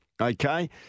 Okay